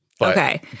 Okay